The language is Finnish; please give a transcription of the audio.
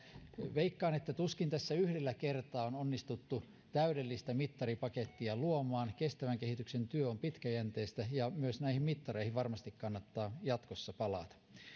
veikkaan että tuskin tässä yhdellä kertaa on onnistuttu täydellistä mittaripakettia luomaan kestävän kehityksen työ on pitkäjänteistä ja myös näihin mittareihin kannattaa varmasti jatkossa palata